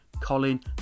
Colin